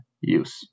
use